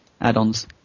add-ons